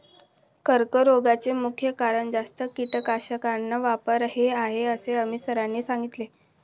कर्करोगाचे मुख्य कारण जास्त कीटकनाशकांचा वापर हे आहे असे अमित सरांनी सांगितले